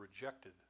rejected